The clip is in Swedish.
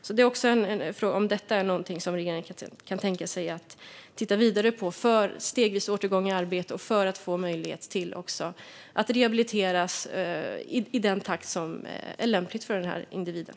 Jag undrar om detta är någonting som regeringen kan tänka sig att titta vidare på för stegvis återgång till arbete och för möjlighet till rehabilitering i den takt som är lämpligt för individen.